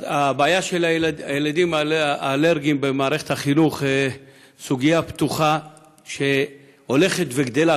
הבעיה של הילדים האלרגיים במערכת החינוך היא סוגיה פתוחה שהולכת וגדלה.